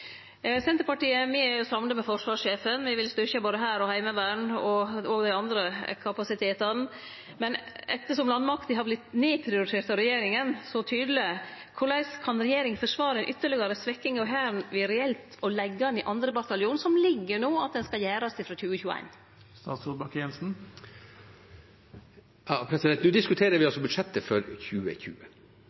Senterpartiet er samde med forsvarssjefen, me vil styrkje både Hæren, Heimevernet og dei andre kapasitetane. Ettersom landmakta har vorte så tydeleg nedprioritert av regjeringa, korleis kan regjeringa forsvare ei ytterlegare svekking av Hæren ved reelt å leggje ned 2. bataljon, som det no ligg an til at skal gjennomførast frå 2021? Nå diskuterer vi altså budsjettet for 2020.